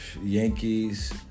Yankees